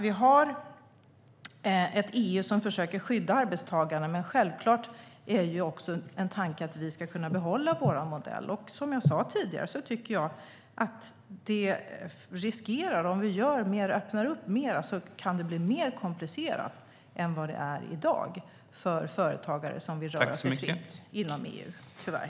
Vi har ett EU som försöker skydda arbetstagarna, men självklart är också tanken att vi ska kunna behålla vår modell. Som jag sa tidigare riskerar det, om vi öppnar upp mer, att bli mer komplicerat än vad det är i dag för företagare som vill röra sig fritt inom EU, tyvärr.